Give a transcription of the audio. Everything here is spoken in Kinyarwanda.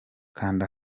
kanda